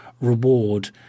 reward